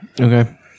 Okay